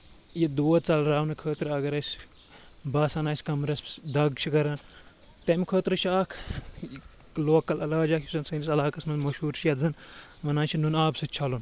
یہِ دود ژَلراونہٕ خٲطرٕ اگر اَسہِ باسان آسہِ کَمرَس دگ چھِ کَران تمہِ خٲطرٕ چھِ اکھ لوکل علاج اَکھ یُس زَن سٲنِس علاقس منٛز مشہوٗر چھُ یَتھ زَن وَنان چھِ نُن آبہٕ سۭتۍ چھَلُن